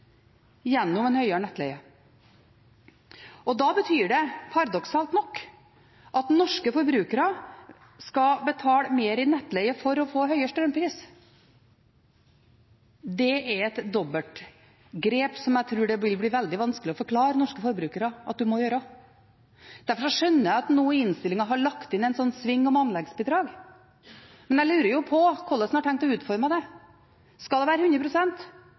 gjennom en høyere nettleie. Da betyr det paradoksalt nok at norske forbrukere skal betale mer i nettleie for å få høyere strømpris. Det er et dobbeltgrep som jeg tror det vil bli veldig vanskelig å forklare norske forbrukere at en må gjøre. Derfor skjønner jeg at en nå i innstillingen har lagt inn en sving om anleggsbidrag. Men jeg lurer på hvordan en har tenkt å utforme det. Skal det være